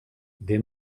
des